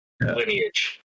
lineage